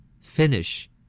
Finish